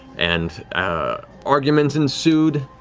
and arguments ensued,